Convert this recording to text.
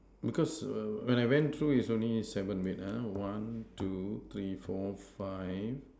because err when I went through it's only seven wait ah one two three four five